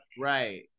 right